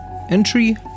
Entry